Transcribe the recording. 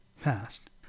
past